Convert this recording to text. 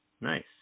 Nice